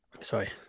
Sorry